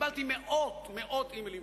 קיבלתי מאות אימיילים,